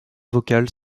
vocales